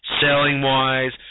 Selling-wise